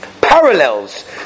parallels